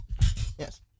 Yes